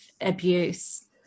abuse